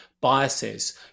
biases